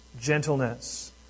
gentleness